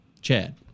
Chad